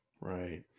Right